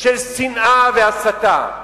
של שנאה והסתה.